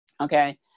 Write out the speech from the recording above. okay